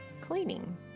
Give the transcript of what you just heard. cleaning